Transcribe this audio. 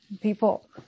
people